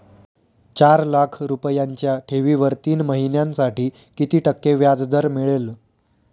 चार लाख रुपयांच्या ठेवीवर तीन महिन्यांसाठी किती टक्के व्याजदर मिळेल?